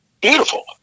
Beautiful